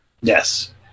Yes